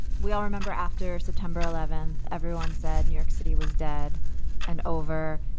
we all remember after september eleventh, everyone said new york city was dead and over.